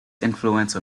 influence